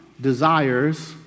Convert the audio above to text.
desires